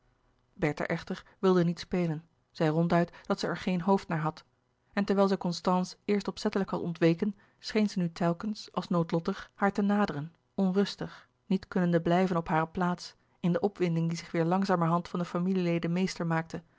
bertha echter wilde niet spelen zei ronduit dat zij er geen hoofd naar had en terwijl zij constance eerst opzettelijk had ontweken scheen zij nu telkens als noodlottig haar te naderen onrustig niet kunnende blijven op hare plaats louis couperus de boeken der kleine zielen in de opwinding die zich weêr langzamerhand van de familieleden meester maakte